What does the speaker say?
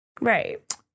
Right